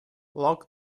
lock